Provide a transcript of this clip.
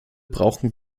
brauchen